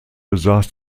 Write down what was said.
besaß